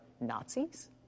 Nazis